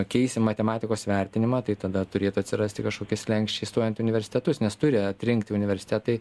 pakeisim matematikos vertinimą tai tada turėtų atsirasti kažkokie slenksčiai stojant į universitetus nes turi atrinkti universitetai